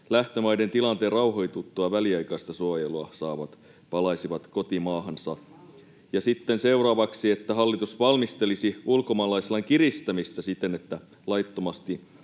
lähtömaiden tilanteen rauhoituttua väliaikaista suojelua saavat palaisivat kotimaahansa, ja sitten seuraavaksi, että hallitus valmistelisi ulkomaalaislain kiristämistä siten, että laittomasti